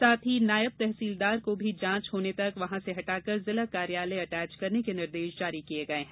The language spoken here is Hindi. साथ ही नायाब तहसीलदार को भी जाँच होने तक वहाँ से हटाकर जिला कार्यालय अटैच करने के निर्देश जारी किये हैं